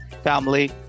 family